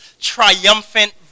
triumphant